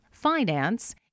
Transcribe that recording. finance